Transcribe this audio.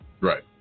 Right